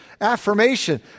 affirmation